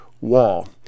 wall